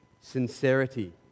Sincerity